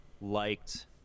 liked